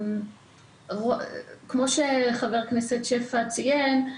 כמו שחבר הכנסת שפע ציין,